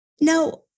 Now